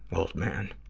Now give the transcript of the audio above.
old man?